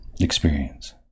experience